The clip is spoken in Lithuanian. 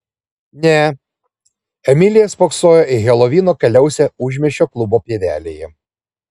ne emilija spoksojo į helovino kaliausę užmiesčio klubo pievelėje